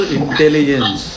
intelligence